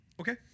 Okay